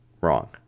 wrong